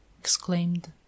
exclaimed